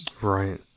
Right